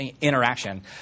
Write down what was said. interaction